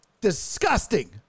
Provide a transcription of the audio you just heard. Disgusting